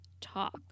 talk